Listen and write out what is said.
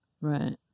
Right